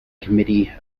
committee